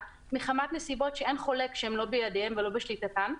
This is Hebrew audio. מחמת נסיבות שאין חולק שהן לא בידיהם ולא בשליטתם.